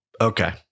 Okay